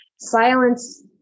silence